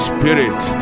Spirit